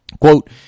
quote